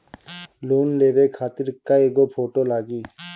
Loan लेवे खातिर कै गो फोटो लागी?